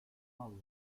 avro